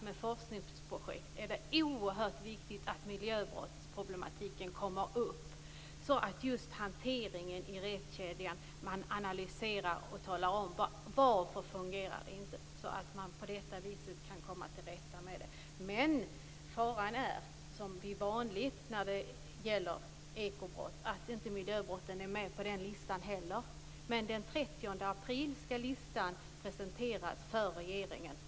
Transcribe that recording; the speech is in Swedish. Det är då oerhört viktigt att miljöbrotten kommer med på denna lista över forskningsprojekt, så att man kan analysera och tala om varför hanteringen i rättskedjan inte fungerar och vi kan komma till rätta med problemet. Risken är att miljöbrotten som vanligt inte räknas till ekobrotten och därför inte kommer att finnas med på listan. Den 30 april skall listan presenteras för regeringen.